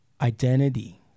identity